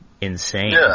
insane